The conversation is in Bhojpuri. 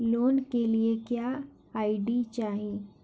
लोन के लिए क्या आई.डी चाही?